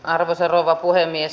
arvoisa rouva puhemies